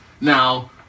Now